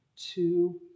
Two